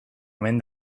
omen